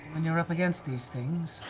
when you're up against these things?